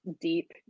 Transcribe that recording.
deep